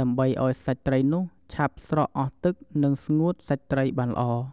ដើម្បីឱ្យសាច់ត្រីនោះឆាប់ស្រក់អស់ទឹក និងស្ងួតសាច់ត្រីបានល្អ។